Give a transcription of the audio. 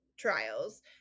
trials